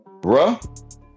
Bruh